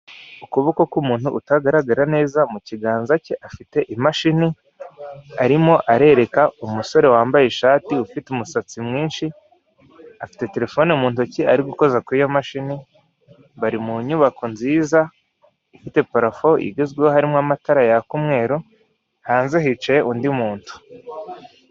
Ukuboko k'umuntu utagaragara neza, mu ikiganza cye afite imashini, arimo arereka umusore wambaye ishati, ufite umusatsi mwinshi, afite telefone mu ntoki ari gukoza ku iyo mashini, bari mu nyubako nziza ifite parafo igezweho, harimo amatara yaka umweru, hanze hicaye undi muntu.